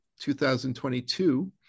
2022